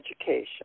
education